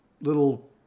little